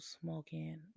smoking